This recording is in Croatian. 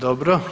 Dobro.